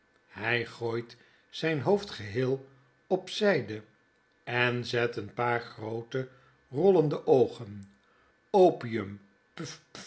hy gooit zijn hoofd geheel op zijde en zet een paar groote rollende oogen opium